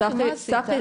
צחי, מה עשית?